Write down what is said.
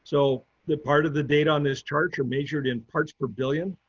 so the part of the data on this chart s are measured in parts per billion.